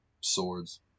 swords